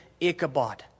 Ichabod